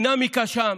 הדינמיקה שם